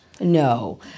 No